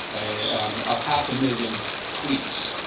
um a half a million tweets,